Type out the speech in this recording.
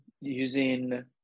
using